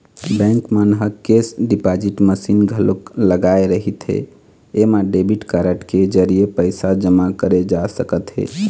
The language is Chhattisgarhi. बेंक मन ह केस डिपाजिट मसीन घलोक लगाए रहिथे एमा डेबिट कारड के जरिए पइसा जमा करे जा सकत हे